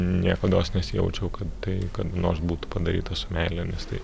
niekados nesijaučiau kad tai kada nors būtų padaryta su meile nes tai